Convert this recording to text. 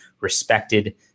respected